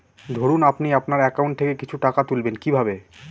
ধরুন আপনি আপনার একাউন্ট থেকে কিছু টাকা তুলবেন কিভাবে?